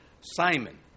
Simon